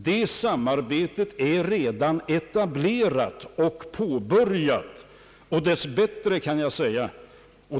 Det samarbetet är redan etablerat och påbörjat, dess bättre kan jag säga.